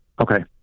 Okay